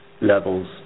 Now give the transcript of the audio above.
levels